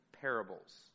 parables